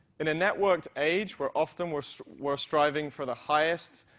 in a networked age where often we're so we're striving for the highest,